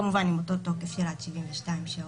כמובן עם אותו תוקף של עד 72 שעות.